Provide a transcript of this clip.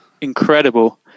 incredible